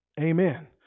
amen